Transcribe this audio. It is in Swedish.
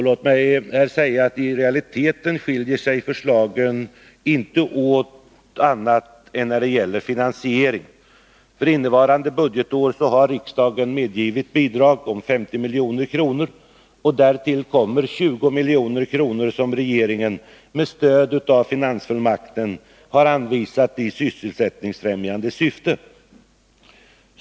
Låt mig säga att i realiteten skiljer sig förslagen inte åt annat än när det gäller finansieringen. För innevarande budgetår har riksdagen medgivit bidrag på 50 milj.kr. Därtill kommer 20 milj.kr., som regeringen med stöd av finansfullmakten har anvisat i sysselsättningsfrämjande syfte.